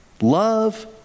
Love